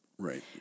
Right